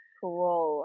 cool